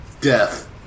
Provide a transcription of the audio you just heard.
Death